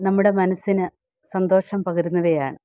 നമ്മുടെ മനസ്സിന് സന്തോഷം പകരുന്നവയാണ്